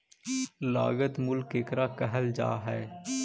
लागत मूल्य केकरा कहल जा हइ?